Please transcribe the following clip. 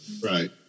Right